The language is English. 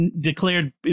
declared